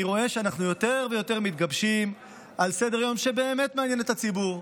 אני רואה שאנחנו יותר ויותר מתגבשים על סדר-יום שבאמת מעניין את הציבור: